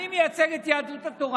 אני מייצג את יהדות התורה.